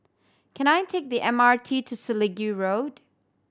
can I take the M R T to Selegie Road